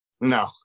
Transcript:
No